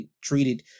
treated